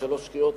בשלוש קריאות,